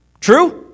True